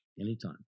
anytime